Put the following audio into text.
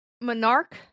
Monarch